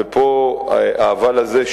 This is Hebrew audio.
ופה האבל הזה,